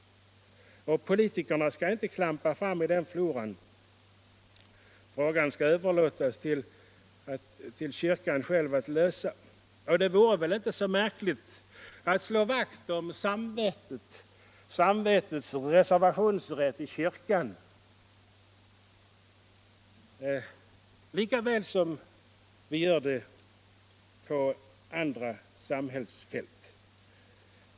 Politikerna skall inte klampa fram i den floran. Frågan bör överlåtas till kyrkan själv att lösa. Det vore väl inte så märkligt att här slå vakt om samvetets reservationsrätt i kyrkan, lika väl som vi gör det på andra samhällsfält.